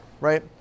right